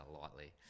lightly